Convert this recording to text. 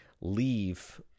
leave